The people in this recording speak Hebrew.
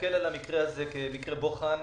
שנסתכל על המקרה הזה כעל מקרה בוחן.